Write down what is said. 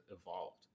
evolved